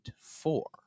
four